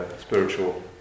spiritual